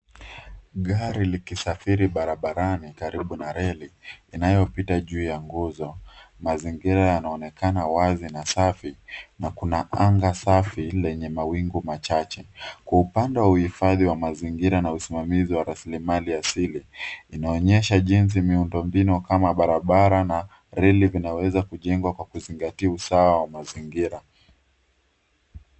Gari likisafiri barabarani karibu na reli ,inayopita juu ya nguzo. Mazingira yanaonekana wazi na safi na kuna anga safi lenye mawingu machache. Kwa upande wa uhifadhi wa mazingira na usimamizi wa rasilimali ya asili ,inaonyesha jinsi miundombinu kama barabara na reli vinaweza kujengwa kwa kuzingatia usawa wa mazingira.